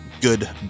good